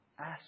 Ask